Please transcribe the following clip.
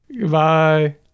Goodbye